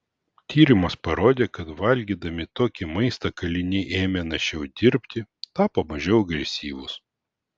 tyrimas parodė kad valgydami tokį maistą kaliniai ėmė našiau dirbti tapo mažiau agresyvūs